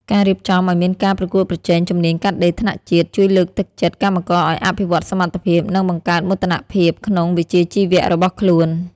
ការរៀបចំឱ្យមានការប្រកួតប្រជែងជំនាញកាត់ដេរថ្នាក់ជាតិ ជួយលើកទឹកចិត្តកម្មករឱ្យអភិវឌ្ឍសមត្ថភាព និងបង្កើតមោទនភាពក្នុងវិជ្ជាជីវៈរបស់ខ្លួន។